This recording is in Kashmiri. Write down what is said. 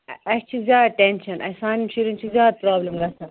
اَ اَسہِ چھُ زیاد ٹٮ۪نشَن اَسہِ سانٮ۪ن شُرٮ۪ن چھِ زیادٕ پرٛابلٕم گژھان